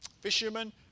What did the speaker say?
fishermen